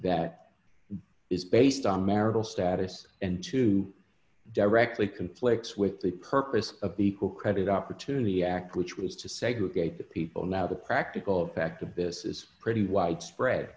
that is based on marital status and to directly conflicts with the purpose of equal credit opportunity act which was to segregate the people now the practical effect of this is pretty widespread